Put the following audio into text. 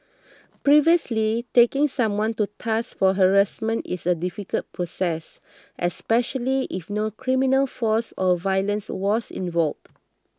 previously taking someone to task for harassment is a difficult process especially if no criminal force or violence was involved